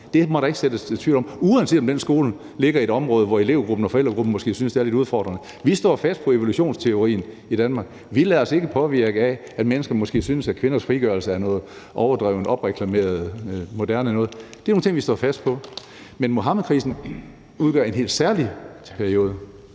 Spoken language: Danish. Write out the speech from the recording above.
det må der ikke sås tvivl om – uanset om den skole ligger i et område, hvor elevgruppen og forældregruppen måske synes, det er lidt udfordrende. Vi står fast på evolutionsteorien i Danmark. Vi lader os ikke påvirke af, at mennesker måske synes, at kvinders frigørelse er noget overdrevet opreklameret moderne noget. Det er nogle ting, vi står fast på. Men Muhammedkrisen udgør en helt særlig periode.